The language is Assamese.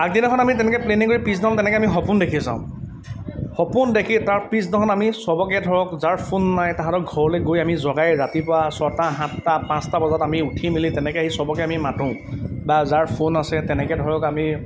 আগদিনাখন আমি তেনেকৈ প্লেনিং কৰি পিছদিনাখন তেনেকৈ আমি সপোন দেখি যাওঁ সপোন দেখি তাৰ পিছদিনাখন আমি চবকে ধৰক যাৰ ফোন নাই তাহাঁতক ঘৰলৈ গৈ আমি জগাই ৰাতিপুৱা ছটা সাতটা পাঁচটা বজাত আমি উঠি মেলি তেনেকৈ আহি চবকে আমি মাতোঁ বা যাৰ ফোন আছে তেনেকৈ ধৰক আমি